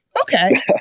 okay